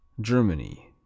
Germany